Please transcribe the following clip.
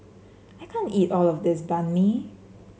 I can't eat all of this Banh Mi